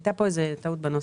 הייתה פה איזו טעות בנוסח.